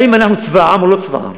האם אנחנו צבא העם או לא צבא העם?